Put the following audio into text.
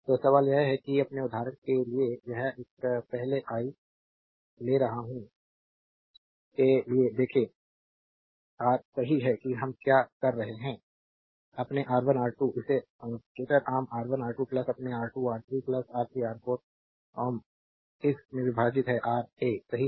तो सवाल यह है कि अपने उदाहरण के लिए यह एक पहले आई रा ले जा रहा हूं के लिए देखो रा सही है कि हम क्या कर रहे है कि अपने R1 R2 इस अंकेटर आम R1 R2 प्लस अपने R2R3 प्लस R3R1 आम इस से विभाजित है Ra सही है